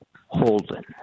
Holden